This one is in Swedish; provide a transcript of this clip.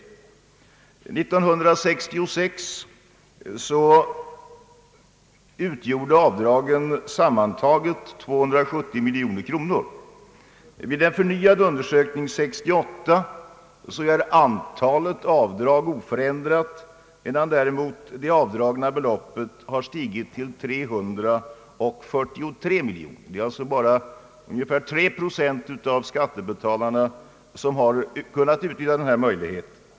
år 1966 utgjorde avdragen totalt 270 miljoner kronor. Enligt en förnyad undersökning 1968 är antalet avdrag oförändrat, medan det avdragna beloppet har stigit till 343 miljoner. Det är alltså bara tre procent av skattebetalarna som kunnat utnyttja denna möjlighet.